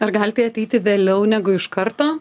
ar gali tai ateiti vėliau negu iš karto